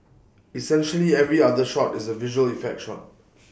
essentially every other shot is A visual effect shot